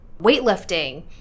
weightlifting